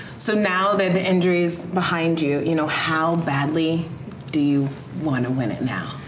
so now that the injury's behind you, you know how badly do you want to win it now?